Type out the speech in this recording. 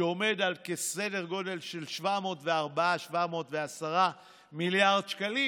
שעומד על סדר גודל של 704 710 מיליארד שקלים,